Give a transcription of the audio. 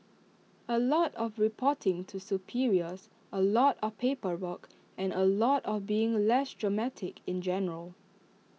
A lot of reporting to superiors A lot of paperwork and A lot of being less dramatic in general